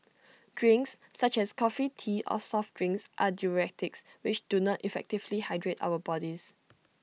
drinks such as coffee tea or soft drinks are diuretics which do not effectively hydrate our bodies